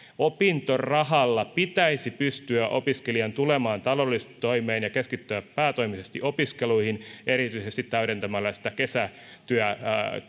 opintorahalla pitäisi opiskelijan pystyä tulemaan taloudellisesti toimeen ja keskittyä päätoimisesti opiskeluihin erityisesti täydentämällä sitä kesätyön